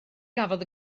gafodd